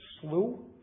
slew